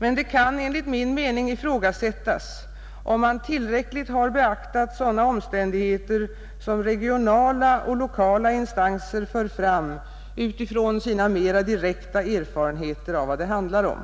Men det kan enligt min mening ifrågasättas om man tillräckligt har beaktat sådana omständigheter som regionala och lokala instanser för fram utifrån sina mera direkta erfarenheter av vad det handlar om.